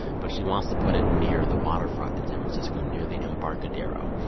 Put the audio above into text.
but she wants to put it near the waterfront in san francisco, near the embarcadero.